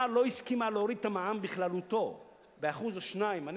הממשלה לא הסכימה להוריד את המע"מ בכללותו ב-2%-1% אני